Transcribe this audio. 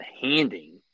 handing